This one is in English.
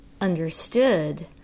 understood